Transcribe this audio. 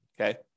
Okay